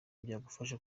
byagufasha